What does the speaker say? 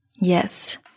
Yes